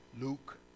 Luke